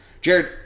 Jared